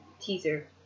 teaser